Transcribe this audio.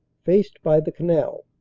faced by the canal.